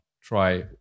try